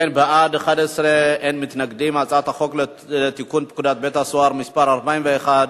חוק לתיקון פקודת בתי-הסוהר (מס' 41),